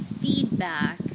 feedback